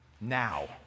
Now